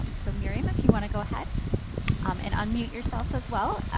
um so miriam if you wanna go ahead and unmute yourself as well,